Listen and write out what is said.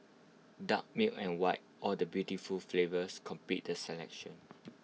dark milk and white all the beautiful flavours complete the selection